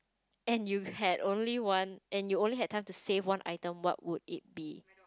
and you had only one and you only had time to save one item what would it be